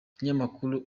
ikinyamakuru